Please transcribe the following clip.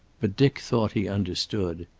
but dick thought he understood.